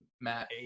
Matt